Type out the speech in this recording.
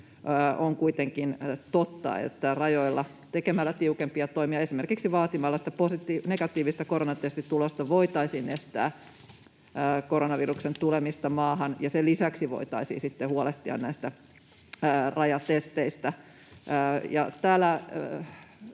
on kuitenkin totta, että tekemällä rajoilla tiukempia toimia, esimerkiksi vaatimalla sitä negatiivista koronatestitulosta, voitaisiin estää koronaviruksen tulemista maahan, ja sen lisäksi voitaisiin huolehtia näistä rajatesteistä.